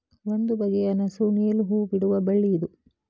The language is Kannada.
ಒಂದು ಬಗೆಯ ನಸು ನೇಲು ಹೂ ಬಿಡುವ ಬಳ್ಳಿ ಇದು